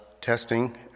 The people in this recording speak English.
testing